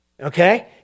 okay